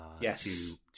Yes